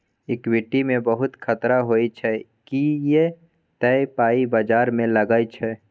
equity मे बहुत खतरा होइ छै किए तए पाइ बजार मे लागै छै